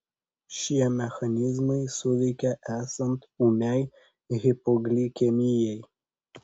šie mechanizmai suveikia esant ūmiai hipoglikemijai